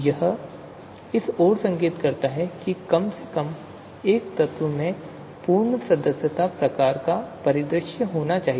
यह इस ओर भी संकेत करता है कि कम से कम एक तत्व में पूर्ण सदस्यता प्रकार का परिदृश्य होना चाहिए